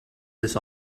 this